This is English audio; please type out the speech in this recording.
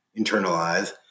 internalize